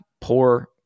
poor